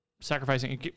sacrificing